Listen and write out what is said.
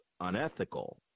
unethical